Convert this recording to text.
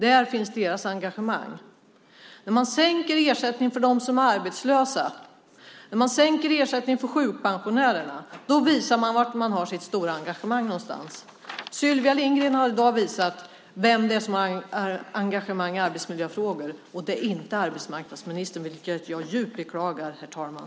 Där finns deras engagemang. När man sänker ersättningen för de arbetslösa och sjukpensionärerna visar man var man har sitt stora engagemang. Sylvia Lindgren har i dag visat vem som har engagemang i arbetsmiljöfrågor. Det är inte arbetsmarknadsministern, vilket jag djupt beklagar, herr talman.